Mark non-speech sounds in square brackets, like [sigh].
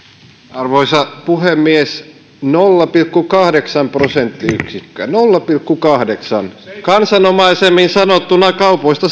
arvoisa puhemies nolla pilkku kahdeksan prosenttiyksikköä nolla pilkku kahdeksan kansanomaisemmin sanottuna kaupoista [unintelligible]